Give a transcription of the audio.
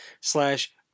slash